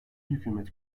hükümet